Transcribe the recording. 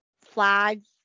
flags